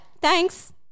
thanks